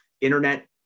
internet